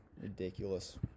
Ridiculous